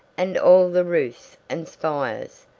and all the roofs and spires,